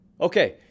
Okay